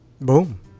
Boom